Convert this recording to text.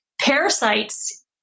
parasites